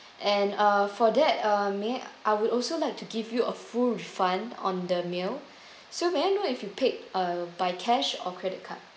and uh for that uh may I would also like to give you a full refund on the meal so may I know if you paid uh by cash or credit card